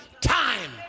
time